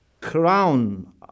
crown